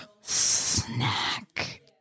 snack